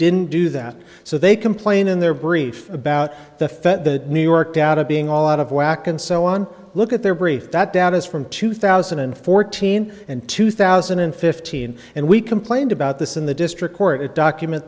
didn't do that so they complain in their brief about the fed the new york data being all out of whack and so on look at their brief that data is from two thousand and fourteen and two thousand and fifteen and we complained about this in the district court document